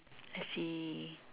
I see